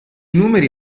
numeri